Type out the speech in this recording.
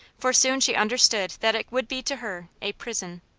for soon she understood that it would be to her, a prison.